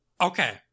Okay